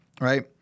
right